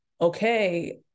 okay